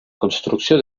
construcció